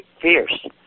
fierce